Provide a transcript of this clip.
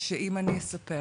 של אם אני אספר.